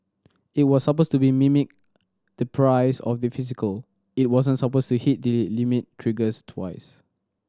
it was supposed to mimic the price of the physical it wasn't supposed to hit the limit triggers twice